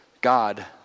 God